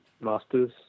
Masters